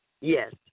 Yes